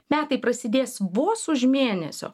metai prasidės vos už mėnesio